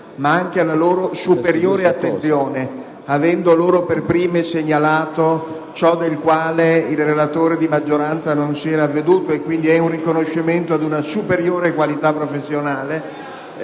ma anche alla loro superiore attenzione, avendo loro per prime segnalato ciò di cui il relatore di maggioranza non si era avveduto; riconosco quindi una loro superiore qualità professionale.